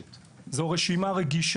שבהם היה קורבן קטין בשנים 18-21'. 70% מהתיקים